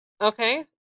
Okay